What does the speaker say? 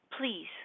Please